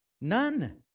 None